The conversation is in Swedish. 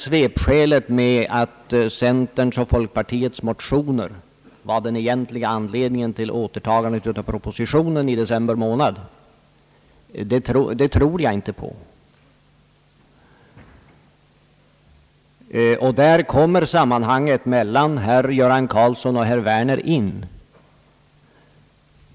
Svepskälet, att centerns och folkpartiets motioner var den egentliga anledningen till återtagandet av propositionen i december månad, tror jag inte på. Och där kommer sammanhanget mellan herr Göran Karlsson och herr Werner fram.